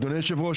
אדוני יושב הראש,